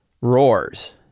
roars